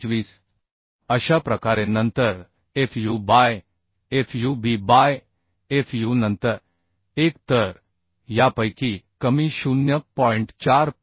25 अशा प्रकारे नंतर f u by f u b by f u नंतर 1 तर यापैकी कमी 0